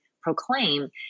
proclaim